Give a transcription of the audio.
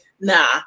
Nah